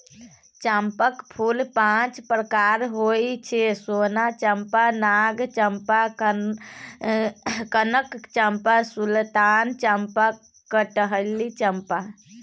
चंपाक फूल पांच प्रकारक होइ छै सोन चंपा, नाग चंपा, कनक चंपा, सुल्तान चंपा, कटहरी चंपा